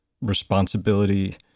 responsibility